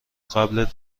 قبل